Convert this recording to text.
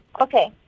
Okay